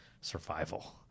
survival